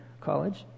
College